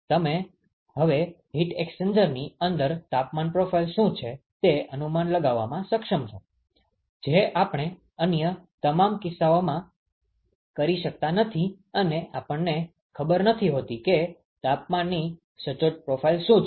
તમે હવે હીટ એક્સ્ચેન્જરની અંદર તાપમાન પ્રોફાઇલ શું છે તે અનુમાન લગાવવામાં સક્ષમ છો જે આપણે અન્ય તમામ કિસ્સાઓમાં કરી શકતા નથી અને આપણને ખબર નથી હોતી કે તાપમાનની સચોટ પ્રોફાઇલ શું છે